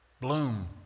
Bloom